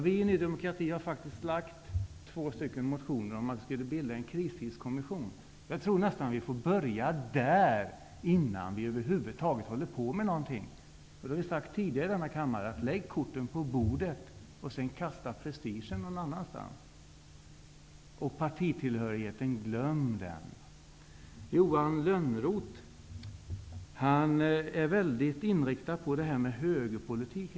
Vi i Ny demokrati har faktiskt lagt två motioner om att vi skulle bilda en kristidskommission. Jag tror att vi får börja där, innan vi över huvud taget gör något annat. Vi har tidigare sagt här i kammaren att vi skall lägga korten på bordet, kasta prestigen någon annanstans och glömma partitillhörigheten. Johan Lönnroth är hela tiden inriktad på detta med högerpolitik.